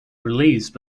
released